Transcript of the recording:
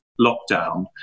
lockdown